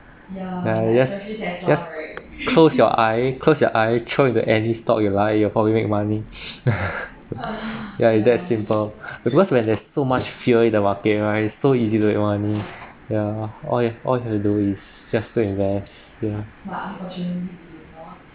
!aiya! ya close your eyes close your eyes throw it to any stock you like you probably make money ya its that simple because when there's so much fear in the market right so easy to make money yeah all you all you have to do is just to invest ya